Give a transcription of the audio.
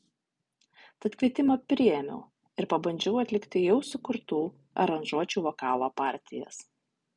tad kvietimą priėmiau ir pabandžiau atlikti jau sukurtų aranžuočių vokalo partijas